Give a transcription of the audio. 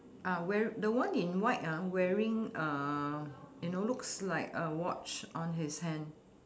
uh wear the one in white ah wearing uh you know looks like a watch on his hand